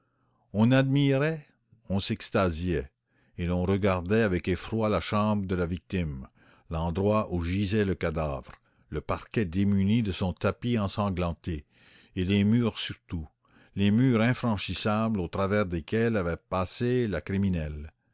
on admirait on s'extasiait et l'on regardait avec effroi la chambre de la victime l'endroit où gisait le cadavre le parquet démuni de son tapis ensanglanté et les murs surtout les murs infranchissables au travers desquels avait passé la criminelle